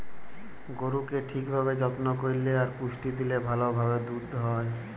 গরুকে ঠিক ভাবে যত্ন করল্যে আর পুষ্টি দিলে ভাল ভাবে দুধ হ্যয়